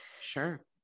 Sure